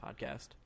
podcast